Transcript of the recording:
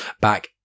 back